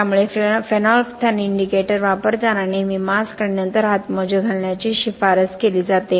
त्यामुळे phenolphthalein indicator वापरताना नेहमी मास्क आणि नंतर हातमोजे घालण्याची शिफारस केली जाते